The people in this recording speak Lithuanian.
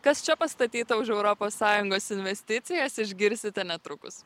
kas čia pastatyta už europos sąjungos investicijas išgirsite netrukus